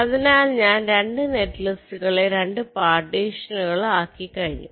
അതിനാൽ ഞാൻ 2 നെറ്റിലിസ്റ്റുകളെ 2 പാർട്ടീഷനുകൾ ആക്കി കഴിഞ്ഞു